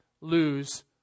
lose